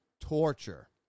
torture